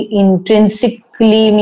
intrinsically